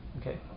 okay